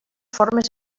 formes